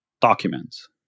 documents